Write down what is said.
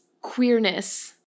queerness